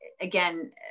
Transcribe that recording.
again